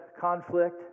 conflict